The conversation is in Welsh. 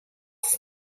talwm